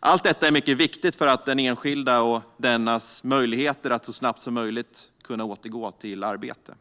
Allt detta är mycket viktigt för den enskilda och dennas möjligheter att så snabbt som möjligt kunna återgå till arbete.